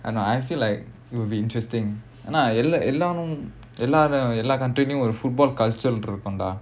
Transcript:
and I feel like it will be interesting ஆனா எல்லா:aanaa ellaa football culture இருக்கும்ல:irukkumla